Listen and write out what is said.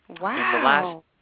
Wow